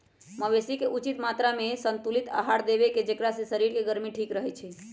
मवेशी के उचित मत्रामें संतुलित आहार देबेकेँ जेकरा से शरीर के गर्मी ठीक रहै छइ